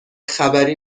خبری